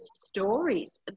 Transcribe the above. stories